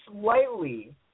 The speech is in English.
slightly